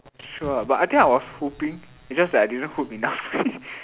sure but I think I was hoping is just that I didn't hope enough only